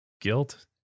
Guilt